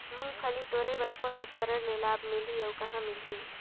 मुंगफली टोरे बर कौन उपकरण ले लाभ मिलही अउ कहाँ मिलही?